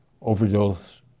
overdose